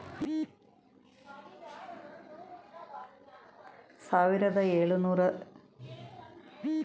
ಸಾವಿರದ ಎಳುನೂರ ತೊಂಬತ್ತ ಎರಡುರ ಕಾಯಿನೇಜ್ ಆಕ್ಟ್ ಯು.ಎಸ್.ಎ ಡಾಲರ್ಗೆ ಸಮಾನವಾಗಿ ಪರಿಚಯಿಸಿತ್ತು